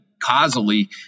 causally